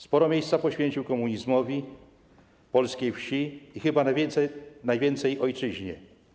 Sporo miejsca poświecił komunizmowi, polskiej wsi i chyba najwięcej ojczyźnie.